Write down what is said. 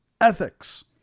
ethics